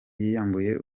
yiyambuye